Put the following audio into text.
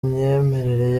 myemerere